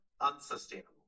unsustainable